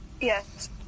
Yes